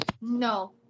No